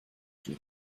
you